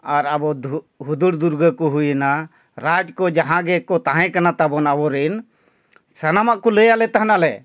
ᱟᱨ ᱟᱵᱚ ᱫᱷᱩ ᱦᱩᱫᱩᱲ ᱫᱩᱨᱜᱟᱹ ᱠᱚ ᱦᱩᱭᱮᱱᱟ ᱨᱟᱡᱽ ᱠᱚ ᱡᱟᱦᱟᱸ ᱜᱮᱠᱚ ᱛᱟᱦᱮᱸ ᱠᱟᱱᱟ ᱛᱟᱵᱚᱱ ᱟᱵᱚᱨᱮᱱ ᱥᱟᱱᱟᱢᱟᱜ ᱠᱚ ᱞᱟᱹᱭᱟᱜᱞᱮ ᱛᱟᱦᱮᱱᱟᱞᱮ